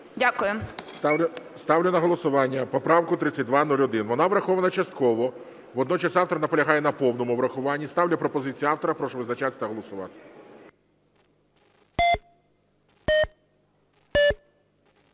Ставлю на голосування поправку 3201. Вона врахована частково. Водночас автор наполягає на повному врахуванні. Ставлю пропозицію автора. Прошу визначатись та голосувати.